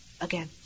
again